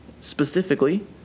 specifically